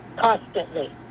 Constantly